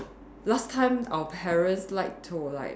last time our parents like to like